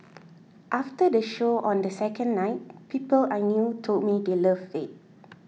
after the show on the second night people I knew told me they loved it